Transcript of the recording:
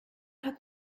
hoc